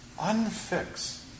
unfix